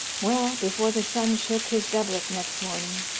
well, before the sun shook his doublet next morning,